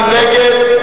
מי נגד?